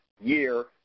year